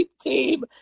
team